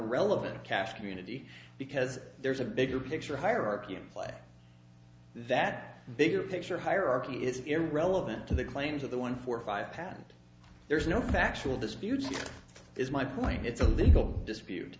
relevant cache community because there's a bigger picture hierarchy him play that bigger picture hierarchy is irrelevant to the claims of the one four five patent there's no factual dispute is my point it's a legal dispute